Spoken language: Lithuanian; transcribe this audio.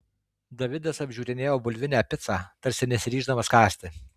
davidas apžiūrinėjo bulvinę picą tarsi nesiryždamas kąsti